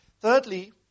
Thirdly